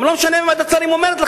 וגם לא משנה אם ועדת שרים אומרת לכם.